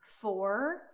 Four